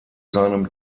seinem